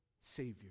Savior